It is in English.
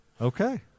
Okay